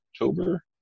October